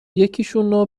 یکیشون